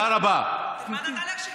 אני מצטער, לא לכל דבר יש פתרון.